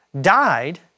died